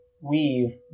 weave